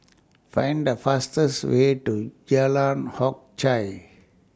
Find The fastest Way to Jalan Hock Chye